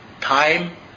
time